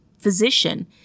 physician